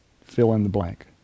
fill-in-the-blank